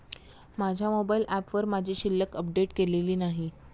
माझ्या मोबाइल ऍपवर माझी शिल्लक अपडेट केलेली नाही